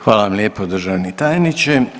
Hvala vam lijepo državni tajniče.